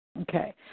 Okay